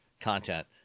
content